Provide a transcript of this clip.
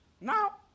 Now